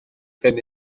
phen